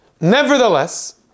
Nevertheless